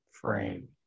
frame